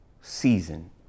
season